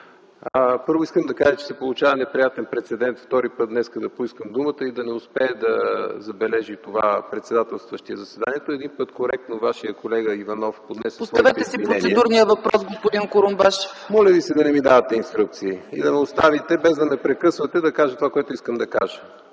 Първо искам да кажа, че се получава неприятен прецедент – втори път днес да поискам думата и да не успее да забележи това председателстващият заседанието. Един път коректно вашият колега Иванов поднесе своите извинения … ПРЕДСЕДАТЕЛ ЦЕЦКА ЦАЧЕВА: Поставете си процедурния въпрос, господин Курумбашев. ПЕТЪР КУРУМБАШЕВ: Моля Ви се да не ми давате инструкции и да ме оставите, без да ме прекъсвате, да кажа това, което искам да кажа.